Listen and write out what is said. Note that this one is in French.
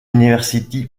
university